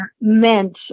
meant